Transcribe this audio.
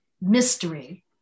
mystery